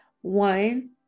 One